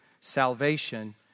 salvation